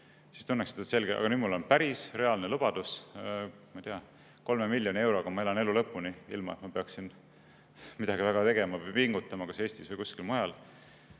tunnetaksid selgelt, et nüüd on päris reaalne lubadus. Ma ei tea, kolme miljoni euroga ma elaksin elu lõpuni, ilma et ma peaksin midagi väga tegema või pingutama kas Eestis või kuskil mujal.